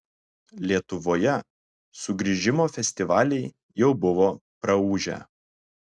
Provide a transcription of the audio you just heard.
lietuvoje sugrįžimo festivaliai jau buvo praūžę